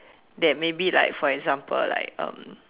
that maybe like for example like um